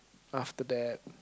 after that